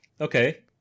Okay